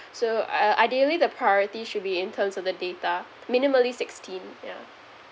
so uh ideally the priority should be in terms of the data minimally sixteen yeah